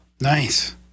Nice